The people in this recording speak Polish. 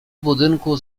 budynku